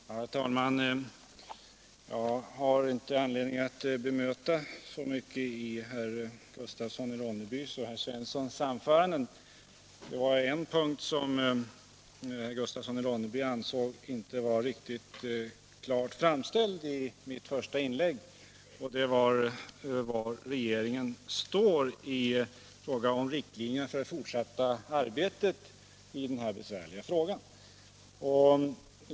Herr talman! Jag har:inte anledning att bemöta mycket i herr Gustafssons i Ronneby och herr Svenssons i Kungälv anföranden. Herr Gustafsson ansåg att en punkt inte var riktigt klart framställd i mitt första inlägg; Den gällde var regeringen står i fråga om riktlinjerna för det fortsatta arbetet i den här besvärliga frågan.